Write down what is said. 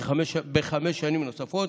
בחמש שנים נוספות,